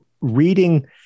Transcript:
reading